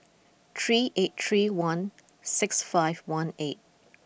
three eight three one six five one eight